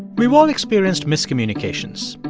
we've all experienced miscommunications.